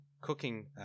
cooking